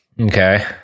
Okay